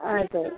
ಆಯ್ತು